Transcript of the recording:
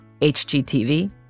HGTV